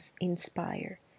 inspire